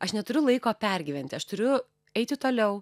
aš neturiu laiko pergyventi aš turiu eiti toliau